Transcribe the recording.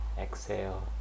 Exhale